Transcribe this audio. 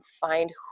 find